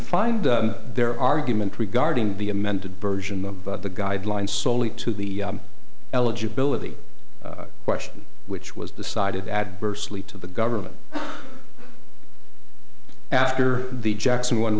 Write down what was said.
find their argument regarding the amended version of the guidelines so only to the eligibility question which was decided adversely to the government after the jackson one